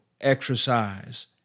exercise